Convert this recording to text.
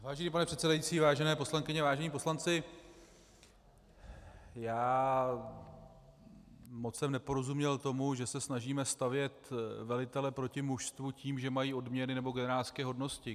Vážený pane předsedající, vážené poslankyně, vážení poslanci, já jsem moc neporozuměl tomu, že se snažíme stavět velitele proti mužstvu tím, že mají odměny nebo generálské hodnosti.